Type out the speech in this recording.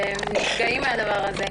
נפגעים מן הדבר הזה.